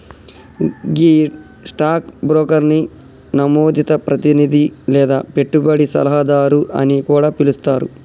గీ stock బ్రోకర్ని నమోదిత ప్రతినిధి లేదా పెట్టుబడి సలహాదారు అని కూడా పిలుస్తారు